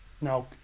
Now